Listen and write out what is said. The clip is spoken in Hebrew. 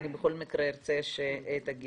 בכל מקרה ארצה שתגיבו.